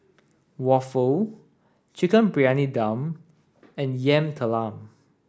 Waffle Chicken Briyani Dum and Yam Talam